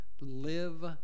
live